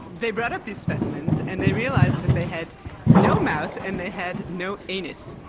they brought up these specimens and they realised that they had no mouth and they had no anus.